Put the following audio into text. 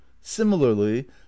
similarly